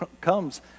comes